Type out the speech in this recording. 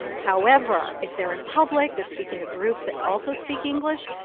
however, if they're in public, they're speaking to groups that also speak english,